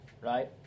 right